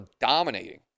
dominating